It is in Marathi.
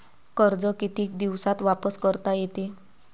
कर्ज कितीक दिवसात वापस करता येते?